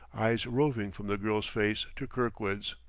eyes roving from the girl's face to kirkwood's.